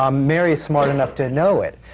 um mary is smart enough to know it.